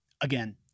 again